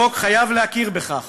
החוק חייב להכיר בכך